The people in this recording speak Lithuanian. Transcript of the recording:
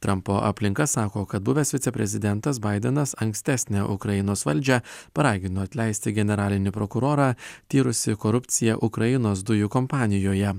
trampo aplinka sako kad buvęs viceprezidentas baidenas ankstesnę ukrainos valdžią paragino atleisti generalinį prokurorą tyrusį korupciją ukrainos dujų kompanijoje